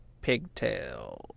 pigtails